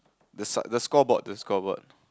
the sign the scoreboard the scoreboard